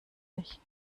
sich